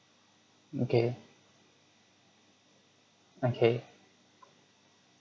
okay okay